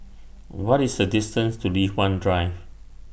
What IS The distance to Li Hwan Drive